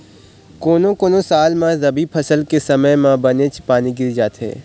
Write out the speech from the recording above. कोनो कोनो साल म रबी फसल के समे म बनेच पानी गिर जाथे